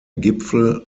gipfel